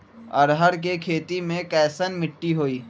अरहर के खेती मे कैसन मिट्टी होइ?